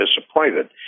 disappointed